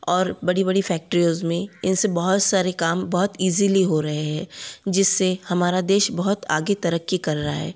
और बड़ी बड़ी फैक्ट्रियोंज़ में इनसे बहुत सारे काम बहुत ईज़िली हो रहे हैं जिससे हमारा देश बहुत आगे तरक्की कर रहा है